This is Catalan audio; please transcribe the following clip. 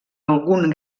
algun